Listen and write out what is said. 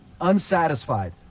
unsatisfied